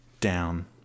down